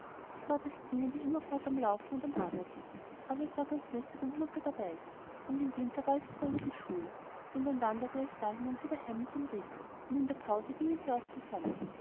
immerfort im laufen und am arbeiten aber es war ganz lustig und munter dabei und im winter war es froh über die schule denn dann wanderte es dahin und wieder heim mit dem rico und in der pause gingen sie auch zusammen